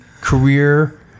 career